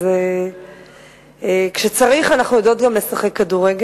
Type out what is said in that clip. אז כשצריך, אנחנו יודעות גם לשחק כדורגל.